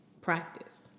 practice